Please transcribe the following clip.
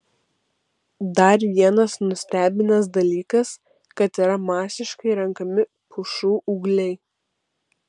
dar vienas nustebinęs dalykas kad yra masiškai renkami pušų ūgliai